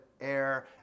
air